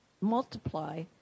multiply